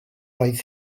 oedd